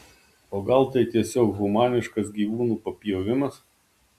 o gal tai tiesiog humaniškas gyvūnų papjovimas